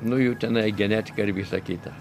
nu jų tenai genetika ir visa kita